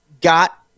got